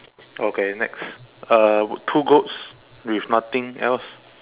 okay next uh two goats with nothing else